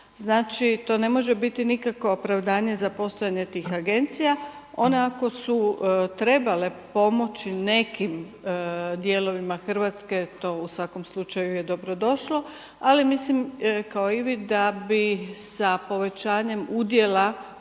Znači to ne može biti nikakvo opravdanje za postojanje tih agencija. One ako su trebale pomoći nekim dijelovima Hrvatske, to u svakom slučaju je dobrodošlo, ali mislim kao i vi da bi sa povećanjem udjela,